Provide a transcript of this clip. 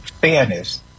fairness